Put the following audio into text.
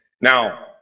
Now